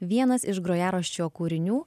vienas iš grojaraščio kūrinių